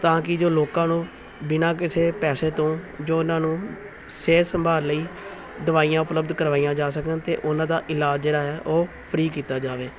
ਤਾਂ ਕਿ ਜੋ ਲੋਕਾਂ ਨੂੰ ਬਿਨਾਂ ਕਿਸੇ ਪੈਸੇ ਤੋਂ ਜੋ ਇਹਨਾਂ ਨੂੰ ਸਿਹਤ ਸੰਭਾਲ ਲਈ ਦਵਾਈਆਂ ਉਪਲਬਧ ਕਰਵਾਈਆਂ ਜਾ ਸਕਣ ਅਤੇ ਉਹਨਾਂ ਦਾ ਇਲਾਜ ਜਿਹੜਾ ਹੈ ਉਹ ਫਰੀ ਕੀਤਾ ਜਾਵੇ